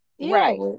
Right